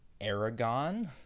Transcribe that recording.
Aragon